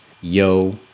yo